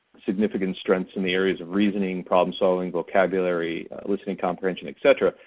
significant strengths in the areas of reasoning, problem solving, vocabulary, listening comprehension, et cetera.